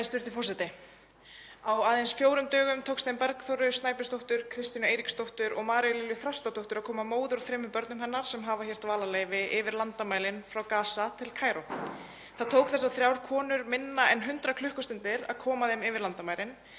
Hæstv. forseti. Á aðeins fjórum dögum tókst þeim Bergþóru Snæbjörnsdóttur, Kristínu Eiríksdóttur og Maríu Lilju Þrastardóttur að koma móður og þremur börnum hennar sem hafa hér dvalarleyfi yfir landamærin frá Gaza til Kaíró. Það tók þessar þrjár konur minna en 100 klukkustundir að koma þeim yfir landamærin.